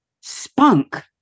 spunk